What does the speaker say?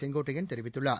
செங்கோட்டையன் தெரிவித்துள்ளார்